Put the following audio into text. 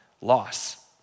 loss